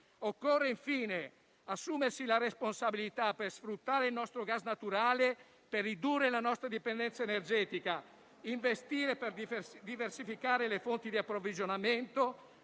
Occorre infine assumersi la responsabilità, per sfruttare il nostro gas naturale e ridurre la nostra dipendenza energetica, di investire per diversificare le fonti di approvvigionamento